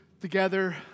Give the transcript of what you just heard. together